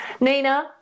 Nina